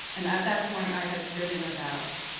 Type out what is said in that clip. and at that point, i had written about